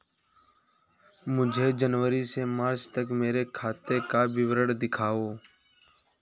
मुझे जनवरी से मार्च तक मेरे खाते का विवरण दिखाओ?